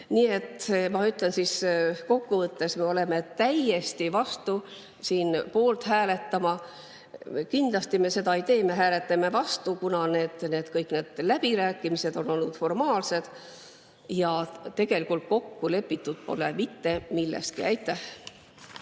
et ma ütlen kokku võttes, et me oleme täiesti vastu, et peaks siin selle poolt hääletama. Kindlasti me seda ei tee, me hääletame vastu, kuna kõik läbirääkimised on olnud formaalsed ja tegelikult kokku lepitud pole mitte milleski.